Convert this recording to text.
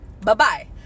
Bye-bye